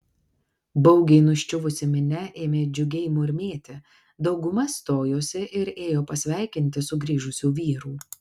baugiai nuščiuvusi minia ėmė džiugiai murmėti dauguma stojosi ir ėjo pasveikinti sugrįžusių vyrų